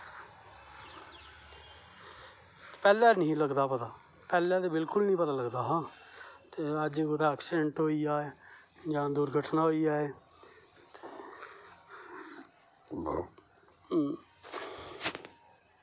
पैहलें नेईं हा लगदा पता पैहलें ते बिल्कुल नेईं पता लगदा हा ते अज्ज कुतै ऐक्सीडेंट होई जाए जां दुर्धटना होई जाए